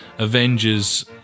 Avengers